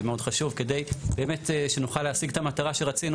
זה מאוד חשוב כדי באמת שנוכל להשיג את המטרה שרצינו,